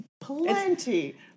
plenty